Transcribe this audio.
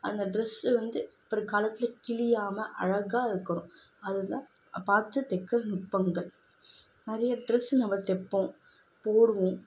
அந்த ட்ரெஸ்ஸு வந்து பிற்காலத்தில் கிழியாமல் அழகாக இருக்கணும் அதுதான் பார்த்து தைக்கிற நுட்பங்கள் நிறைய ட்ரெஸ்ஸு நம்ம தைப்போம் போடுவோம்